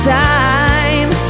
time